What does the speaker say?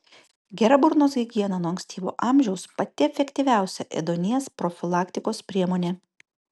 gera burnos higiena nuo ankstyvo amžiaus pati efektyviausia ėduonies profilaktikos priemonė